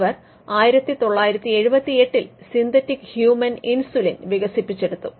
അവർ 1978 ൽ synthetic human insulin വികസിപ്പിച്ചെടുത്തു